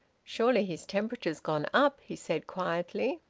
surely his temperature's gone up? he said quietly.